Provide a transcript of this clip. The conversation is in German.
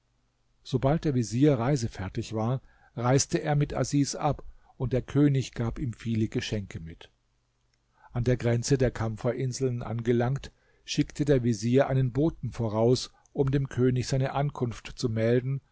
sobald der vezier reisefertig war reiste er mit asis ab und der könig gab ihm viele geschenke mit an der grenze der kampferinseln angelangt schickte der vezier einen boten voraus um dem könig seine ankunft zu melden